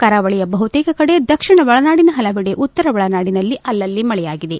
ಕರಾವಳಿಯ ಬಹುತೇಕ ಕಡೆ ದಕ್ಷಿಣ ಒಳನಾಡಿನ ಹಲವೆಡೆ ಉತ್ತರ ಒಳನಾಡಿನ ಅಲ್ಲಲ್ಲಿ ಮಳೆಯಾಗಿದೆ